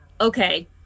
okay